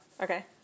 Okay